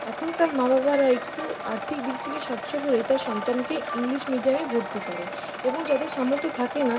এখনকার মা বাবারা একটু আর্থিক দিক থেকে সচ্ছল হলেই তার সন্তানকে ইংলিশ মিডিয়ামে ভর্তি করেন এবং যাদের সামর্থ্য থাকে না